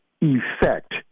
effect